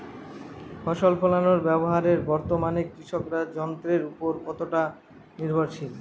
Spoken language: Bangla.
ফসল ফলানোর ব্যাপারে বর্তমানে কৃষকরা যন্ত্রের উপর কতটা নির্ভরশীল?